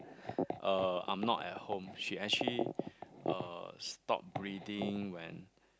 uh I'm not at home she actually uh stopped breathing when